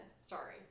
Sorry